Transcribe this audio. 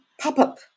pop-up